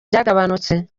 byagabanutse